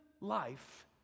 life